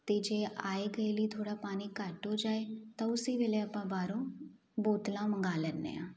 ਅਤੇ ਜੇ ਆਏ ਗਏ ਲਈ ਥੋੜ੍ਹਾ ਪਾਣੀ ਘੱਟ ਹੋ ਜਾਵੇ ਤਾਂ ਉਸ ਵੇਲੇ ਆਪਾਂ ਬਾਹਰੋਂ ਬੋਤਲਾਂ ਮੰਗਵਾ ਲੈਂਦੇ ਹਾਂ